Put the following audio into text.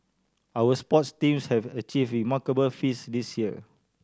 our sports teams have achieve remarkable feats this year